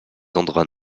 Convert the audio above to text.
endroits